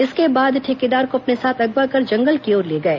इसके बाद ठेकेदार को अपने साथ अगवा कर जंगल की ओर ले गए